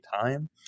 time